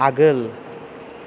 आगोल